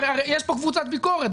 הרי יש כאן קבוצת ביקורת.